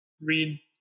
read